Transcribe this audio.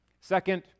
Second